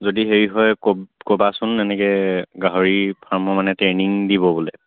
যদি হেৰি হয় ক'বাচোন এনেকৈ গাহৰি ফাৰ্মৰ মানে ট্ৰেইনিং দিব বোলে